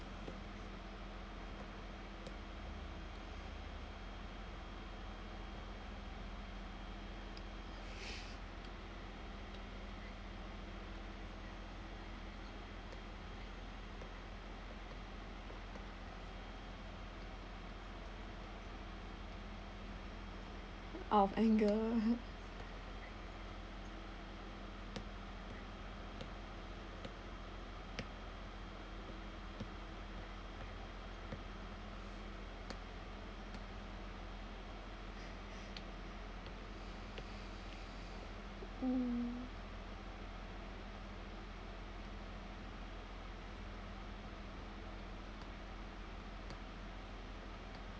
!ow! anger mm